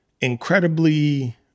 incredibly